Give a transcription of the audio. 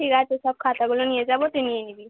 ঠিক আছে সব খাতাগুলো নিয়ে যাবো তুই নিয়ে নিবি